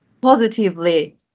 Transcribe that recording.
positively